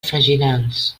freginals